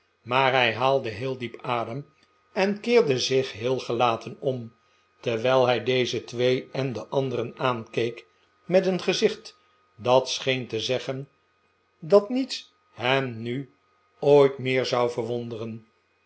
maar hij haalde heel diep adem en keerde zich heel gelaten om terwijl hij deze twee en de anderen aankeek met een gezicht dat scheen te zeggen dat niets hem nu ooit meer zou verwonderen